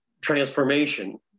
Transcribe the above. transformation